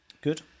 Good